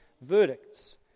verdicts